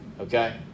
okay